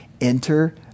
Enter